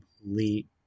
complete